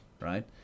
right